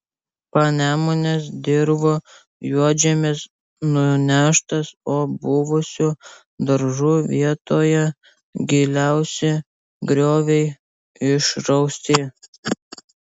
panemunės dirvų juodžemis nuneštas o buvusių daržų vietoje giliausi grioviai išrausti